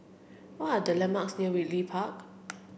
what are the landmarks near Ridley Park